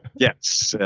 yes.